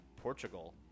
Portugal